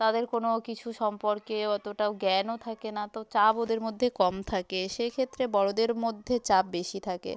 তাদের কোনো কিছু সম্পর্কে অতোটাও জ্ঞানও থাকে না তো চাপ ওদের মধ্যে কম থাকে সেক্ষেত্রে বড়োদের মধ্যে চাপ বেশি থাকে